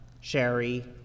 Sherry